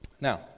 Now